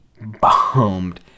bombed